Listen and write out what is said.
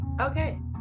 Okay